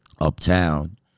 uptown